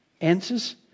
answers